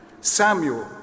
Samuel